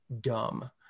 dumb